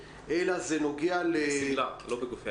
אלא זה נוגע ל --- היא לא באה עם גופייה.